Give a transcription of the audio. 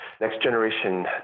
next-generation